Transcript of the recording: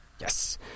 Yes